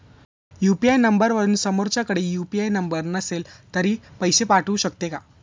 UPI नंबरवरून समोरच्याकडे UPI number नसेल तरी पैसे पाठवू शकते का?